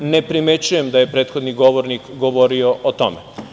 Ne primećujem da je prethodni govornik govorio o tome.